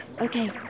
Okay